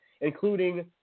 including